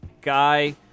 guy